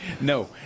No